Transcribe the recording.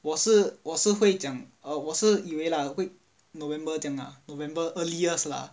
我是我是会讲 err 我是以为 lah 会 november 讲 ah november earliest lah